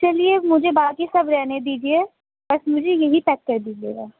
چلیے مجھے باقی سب رہنے دیجیے بس مجھے یہی پیک کر دیجیے گا